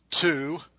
two